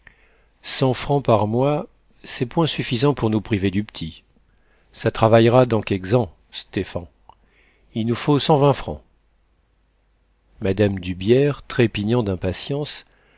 francs par mois c'est point suffisant pour nous priver du p'tit ça travaillera dans quéqu'z'ans ct'éfant i nous faut cent vingt francs mme d'hubières trépignant d'impatience